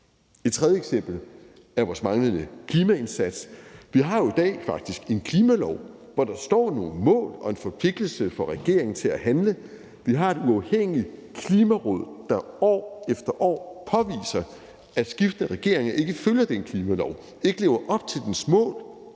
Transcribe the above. Et tredje eksempel er vores manglende klimaindsats. Vi har jo faktisk i dag en klimalov, hvor der står nogle mål og en forpligtelse for regeringen til at handle. Vi har et uafhængigt Klimaråd, der år efter år påviser, at skiftende regeringer ikke følger den klimalov, ikke lever op til dens mål